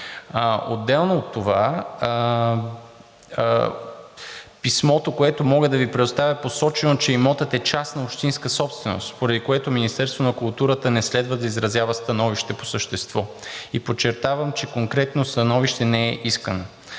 Отделно от това, в писмото, което мога да Ви предоставя, е посочено, че имотът е частна общинска собственост, поради което Министерството на културата не следва да изразява становище по същество. И подчертавам, че конкретно становище не е искано.